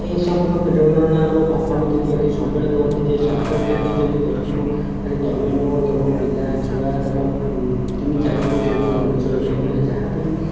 ଏସବୁ ର ପ୍ରେରଣା ଆମ ବାପା ମୋତେ ଦିଅନ୍ତି ସବୁବେଳେ କହନ୍ତି ଯେ ସରକାରୀ ଚାକିରି ଯଦି କରିଥିବୁ ଖାଲି ତମେ ନୁହଁ ତମ ପିଲା ଛୁଆ ତମ ତିନି ଚାରି ପୁରୁଷ ହୁଏତ ମଣିଷ ହୋଇ ଯାଇପାରେ ଯାହା ପାଇଁ